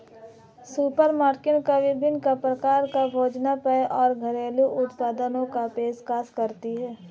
supermarket विभिन्न प्रकार के भोजन पेय और घरेलू उत्पादों की पेशकश करती है